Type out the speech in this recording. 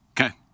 Okay